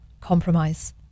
compromise